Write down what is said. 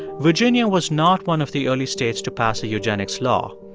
virginia was not one of the early states to pass a eugenics law.